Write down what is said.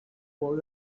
boy